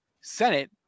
Senate